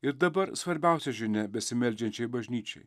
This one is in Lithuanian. ir dabar svarbiausią žinią besimeldžiančiai bažnyčiai